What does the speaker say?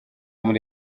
muri